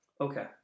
okay